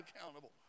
accountable